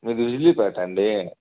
మీది విజిలీ పేటండీ